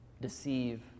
deceive